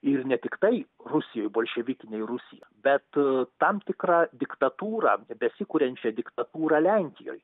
ir ne tiktai rusijoj bolševikinė rusija bet tam tikrą diktatūrą besikuriančią diktatūrą lenkijoj